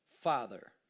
father